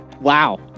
Wow